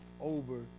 over